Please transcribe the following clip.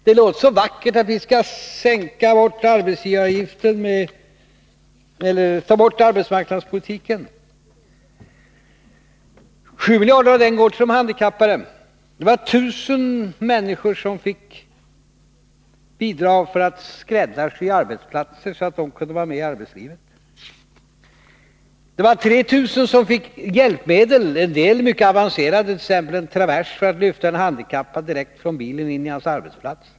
Det låter så vackert när ni säger att ni skall sänka arbetsgivaravgiften eller ta av arbetsmarknadspolitiska medel för att ge 7 miljoner till de handikappade. Det var 1 000 människor som fick bidrag för att skräddarsy arbetsplatser så att de handikappade skulle kunna vara med i arbetslivet. Det var 3 000 som fick hjälpmedel, en del mycket avancerade, t.ex. en travers för att lyfta en handikappad direkt från bilen in i hans arbetsplats.